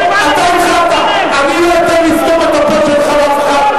אני צועק מכאב כי הוא, לפלסטינים, של משפחות.